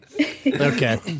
Okay